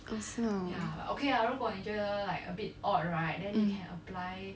um